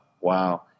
Wow